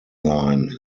line